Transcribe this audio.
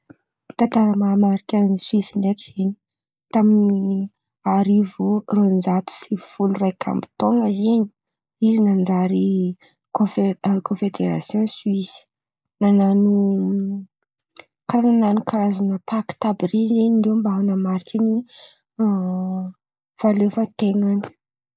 Tantara nanamarika any Soisy ndreky zen̈y taminy arivo dimanjato sivy folo raiky amby tôno in̈y Soisy nanjary konfe- Kônfederasiôn Soisy. Nanano karazan̈y pakita àby ren̈y izy mba hanamariky fahaleovan-ten̈any.